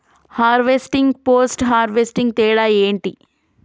Harvesting, post harvesting తేడా ఏంటి?